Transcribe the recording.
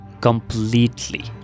completely